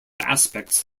aspects